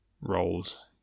roles